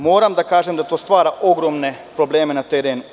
Moram da kažem da to stvara ogromne probleme na terenu.